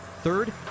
Third